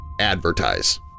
advertise